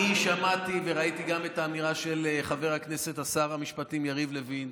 אני שמעתי וראיתי את האמירה של חבר הכנסת שר המשפטים יריב לוין,